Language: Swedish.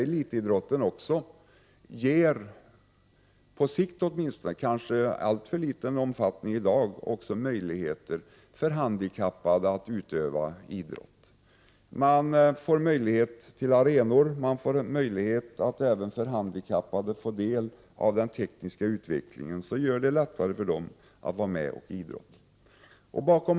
Elitidrotten ger naturligtvis också, kanske i alltför liten omfattning i dag men åtminstone på sikt, handikappade möjligheter att utöva idrott. De får tillgång till arenor och kan ta del av den tekniska utvecklingen, som gör det lättare för dem att vara med och idrotta.